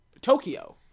Tokyo